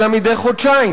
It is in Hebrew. אלא מדי חודשיים.